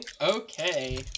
Okay